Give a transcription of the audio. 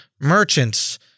merchants